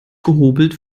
gehobelt